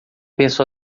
penso